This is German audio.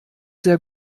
sehr